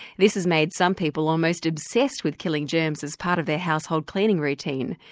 this has made some people almost obsessed with killing germs as part of their household cleaning routine.